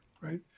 right